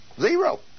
Zero